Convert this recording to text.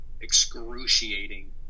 excruciating